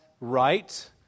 right